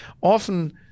often